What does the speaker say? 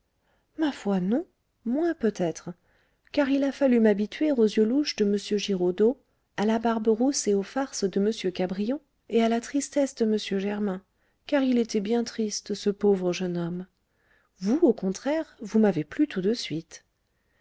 ma foi non moins peut-être car il a fallu m'habituer aux yeux louches de m giraudeau à la barbe rousse et aux farces de m cabrion et à la tristesse de m germain car il était bien triste ce pauvre jeune homme vous au contraire vous m'avez plu tout de suite